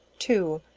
two.